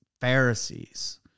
Pharisees